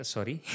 Sorry